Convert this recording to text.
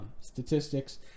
statistics